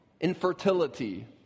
Infertility